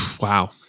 Wow